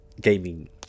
gaming